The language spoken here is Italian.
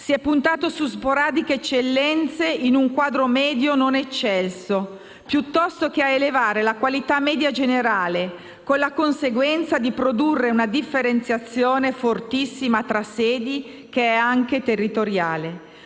si è puntato su sporadiche eccellenze, in un quadro medio non eccelso, piuttosto che a elevare la qualità media generale, con la conseguenza di produrre una differenziazione fortissima tra sedi, che è anche territoriale.